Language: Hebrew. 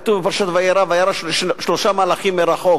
כתוב בפרשת וירא: וירא שלושה מלאכים מרחוק.